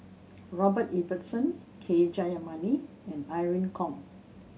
Robert Ibbetson K Jayamani and Irene Khong